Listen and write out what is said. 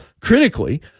critically